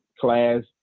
class